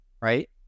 right